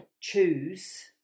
choose